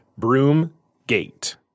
Broomgate